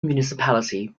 municipality